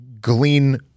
glean